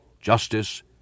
justice